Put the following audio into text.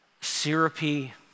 syrupy